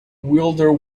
wielder